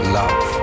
love